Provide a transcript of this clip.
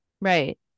Right